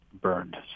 burned